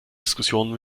diskussionen